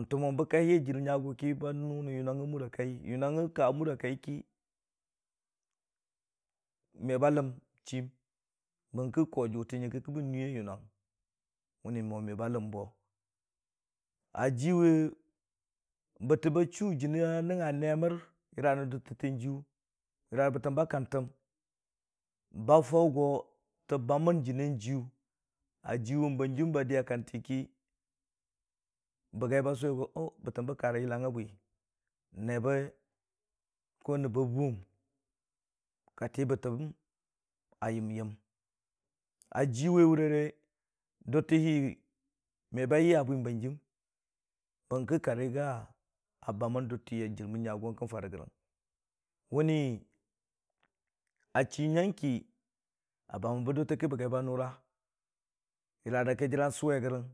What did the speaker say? n'tumən bə kaiye ə jirmən nyəgu ki bə nu nən yunəng ə muri kaiye, yunəng ka məuriyə kaiye ki me bə ləm chiim bərki ko jute nyəngka ki bən nuiye yunəng məni me bə ləm bo ə jiwi bətəbi ə chuu jiinii ə jiyu ə nəngngə nemər yərə rə dutəttəng jiju yərə rə bətəm bə kantəm bə fəu go tə bəmən jinə jiyu, ə jiwun bənjim bə dii ə kantə ki bəgəi bə sug bətəm bə ka rə yilləng bwi, nee be nəb bə buuwum ka ti bətəm ə yəm yəm ə jiwəi wurere dutə hi me bə yiyə bwi hənjim bərki ka rigə bəmən duti hi ə jirmən nyə gu yərə kan fərəgən, wu ni əchii nyəng ki ə bəmən bə dute ki bəgi bə nurə, yərə ki jirə suwe gərəng